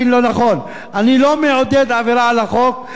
אני לא מעודד עבירה על החוק ובנייה לא חוקית,